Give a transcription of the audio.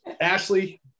Ashley